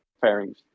fairings